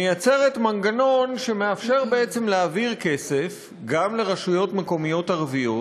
מייצרת מנגנון שמאפשר בעצם להעביר כסף גם לרשויות מקומיות ערביות